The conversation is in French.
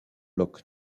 loch